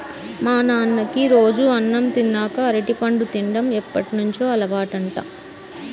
మా నాన్నకి రోజూ అన్నం తిన్నాక అరటిపండు తిన్డం ఎప్పటినుంచో అలవాటంట